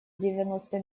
девяносто